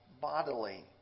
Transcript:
bodily